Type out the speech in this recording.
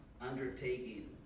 undertaking